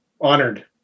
Honored